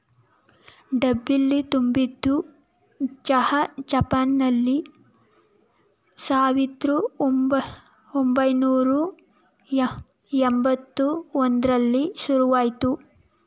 ಡಬ್ಬಿಲಿ ತುಂಬಿದ್ ಚಹಾ ಜಪಾನ್ನಲ್ಲಿ ಸಾವಿರ್ದ ಒಂಬೈನೂರ ಯಂಬತ್ ಒಂದ್ರಲ್ಲಿ ಶುರುಆಯ್ತು